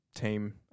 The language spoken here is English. Team